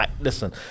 listen